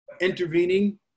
intervening